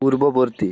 পূর্ববর্তী